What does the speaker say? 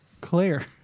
Clear